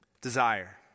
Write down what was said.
Desire